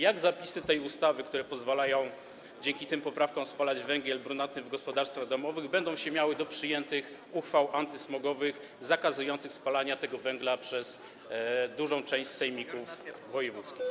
Jak zapisy tej ustawy, które pozwalają dzięki tym poprawkom spalać węgiel brunatny w gospodarstwach domowych, będą się miały do przyjętych uchwał antysmogowych zakazujących spalania tego węgla przez dużą część sejmików wojewódzkich?